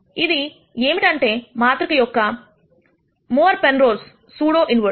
ఇది ఏమిటంటే మాత్రిక యొక్క మూర్ పెంరోజ్ సూడో ఇన్వెర్స్